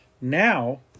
Now